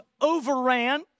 overran